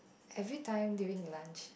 everytime during lunch